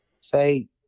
Say